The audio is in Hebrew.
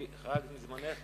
היא צריכה להפקיע קרקעות,